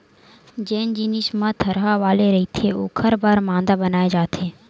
जेन जिनिस मन ह थरहा वाले रहिथे ओखर बर मांदा बनाए जाथे